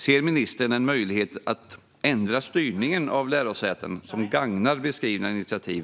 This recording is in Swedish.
Ser ministern en möjlighet att ändra styrningen av lärosätena på ett sätt som gagnar beskrivna initiativ?